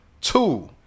two